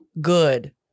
good